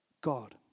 God